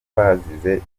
bazize